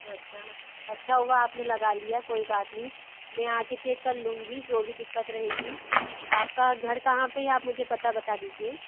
अच्छा हाँ अच्छा हुआ आप ने लगा लिया कोई बात नहीं मैं आ कर चेक कर लूँगी जो भी दिक्कत रहेगी आपका घर कहाँ पर है आप मुझे पता बता दीजिए